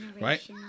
Right